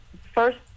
first